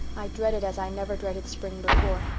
i dread it as i never dreaded spring before.